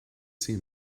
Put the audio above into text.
see